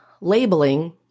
labeling